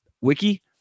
wiki